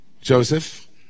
Joseph